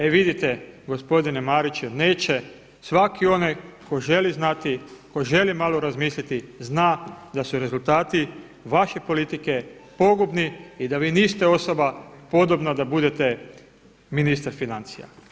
E vidite, gospodine Mariću, neće, svaki onaj koji želi znati, koji želi malo razmisliti zna da su rezultati vaše politike pogubni i da vi niste osoba podobna da budete ministar financija.